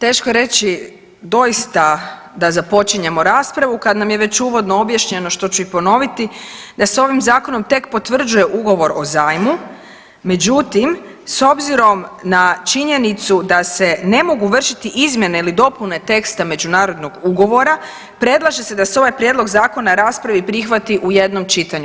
Teško je reći doista da započinjemo raspravu kad nam je već uvodno objašnjeno što ću i ponoviti da se ovim zakonom tek potvrđuje ugovor o zajmu međutim s obzirom na činjenicu da se ne mogu vršiti izmjene ili dopune teksta međunarodnog ugovora predlaže se da se ovaj prijedlog zakona raspravi i prihvati u jednom čitanju.